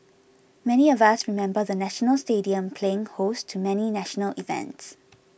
many of us remember the National Stadium playing host to many national events